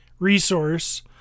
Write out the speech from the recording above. resource